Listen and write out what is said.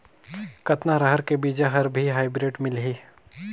कतना रहर के बीजा हर भी हाईब्रिड मिलही?